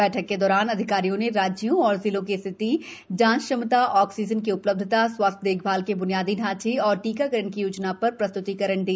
बैठक के दौरान अधिकारियों ने राज्यों और जिलों की स्थिति जांच क्षमता ऑक्सीजन की उपलब्धता स्वास्थ्य देखभाल के ब्नियादी ढ़ांचे और टीकाकरण की योजना पर प्रस्त्तिकरण दिए